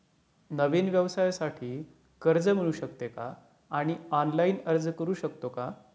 नवीन व्यवसायासाठी कर्ज मिळू शकते का आणि ऑनलाइन अर्ज करू शकतो का?